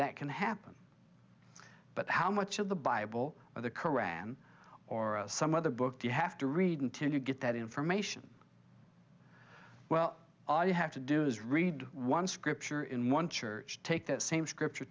that can happen but how much of the bible or the qur'an or some other book do you have to read until you get that information well all you have to do is read one scripture in one church take that same scripture